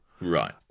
Right